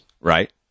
Right